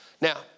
Now